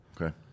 Okay